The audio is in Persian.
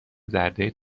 زرده